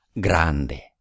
grande